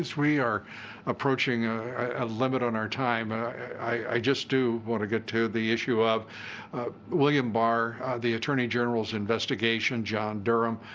as we are approaching a limit on our time, i just do want to get to the issue of will qualm yeah um barr, the attorney general's investigation, john durham,